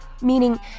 Meaning